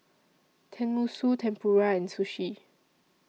Tenmusu Tempura and Sushi